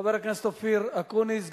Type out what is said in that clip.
חבר הכנסת אופיר אקוניס.